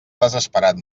desesperat